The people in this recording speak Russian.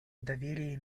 доверие